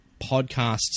podcasts